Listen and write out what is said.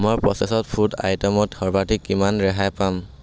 মই processed food আইটেমত সৰ্বাধিক কিমান ৰেহাই পাম